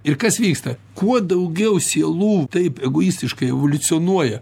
ir kas vyksta kuo daugiau sielų taip egoistiškai evoliucionuoja